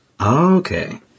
Okay